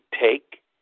take